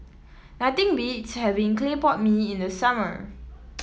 nothing beats having Clay Pot Mee in the summer